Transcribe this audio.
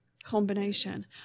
combination